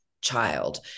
child